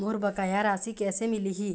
मोर बकाया राशि कैसे मिलही?